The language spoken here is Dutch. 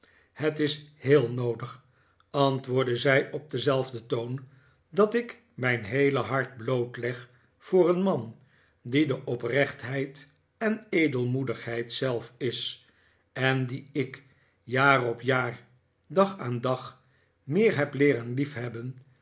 het is heel noodig antwoordde zij op denzelfden toon dat ik mijn heele hart blootleg voor een man die de oprechtheid en edelmoedigheid zelf is en dien ik jaar op jaar dag aan dag meer heb leeren liefhebben